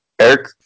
Eric